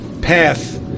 path